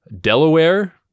Delaware